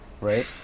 right